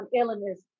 illness